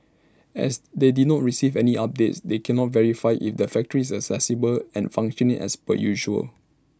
as they do not received any updates they cannot verify if the factory is accessible and functioning as per usual